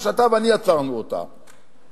שאתה ואני יצרנו אותה בקיבוצניקים.